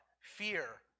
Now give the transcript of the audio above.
Fear